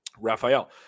Raphael